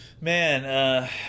Man